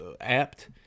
apt